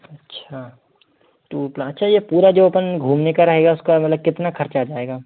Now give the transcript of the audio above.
अच्छा तो अच्छा ये पूरा जो अपन घूमने का रहेगा उसका मतलब कितना खर्च आ जाएगा